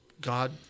god